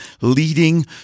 leading